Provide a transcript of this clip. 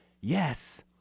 yes